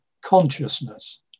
consciousness